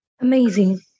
Amazing